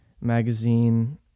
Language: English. magazine